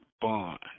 bond